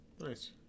Nice